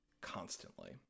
constantly